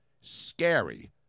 scary